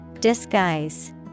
Disguise